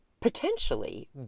potentially